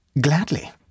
Gladly